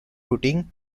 routing